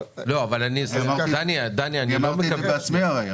אמרתי את זה בעצמי.